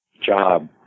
job